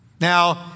Now